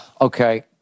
Okay